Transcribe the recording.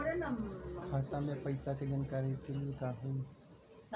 खाता मे पैसा के जानकारी के लिए का होई?